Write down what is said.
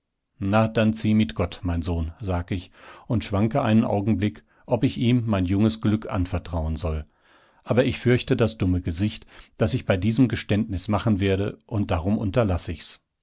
na denn zieh mit gott mein sohn sag ich und schwanke einen augenblick ob ich ihm mein junges glück anvertrauen soll aber ich fürchte das dumme gesicht das ich bei diesem geständnis machen werde und darum unterlass ich's